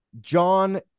John